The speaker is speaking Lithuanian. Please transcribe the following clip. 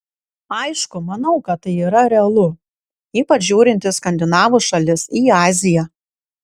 aišku manau kad tai yra realu ypač žiūrint į skandinavų šalis į aziją